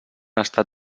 estat